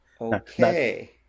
Okay